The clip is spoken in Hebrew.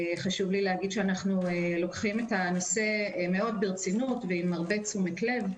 חשוב לי להגיד שאנחנו לוקחים את הנושא מאוד ברצינות ועם הרבה תשומת לב.